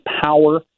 power